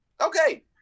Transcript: Okay